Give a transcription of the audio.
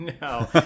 no